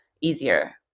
easier